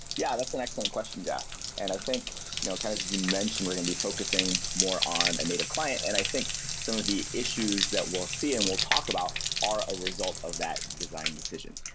yeah, that's an excellent question, jeff. and i think you know kind of as you mentioned, we're going to be focusing more on a native client, and i think some of the issues that we'll see and we'll talk about are a result of that designed decision.